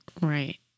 Right